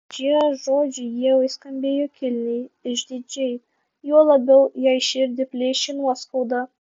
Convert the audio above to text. šie žodžiai ievai skambėjo kilniai išdidžiai juo labiau jai širdį plėšė nuoskauda